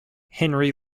henry